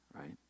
right